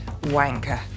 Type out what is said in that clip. wanker